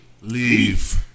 Leave